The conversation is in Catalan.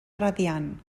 radiant